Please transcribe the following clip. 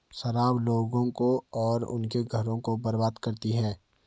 शराब लोगों को और उनके घरों को बर्बाद करती है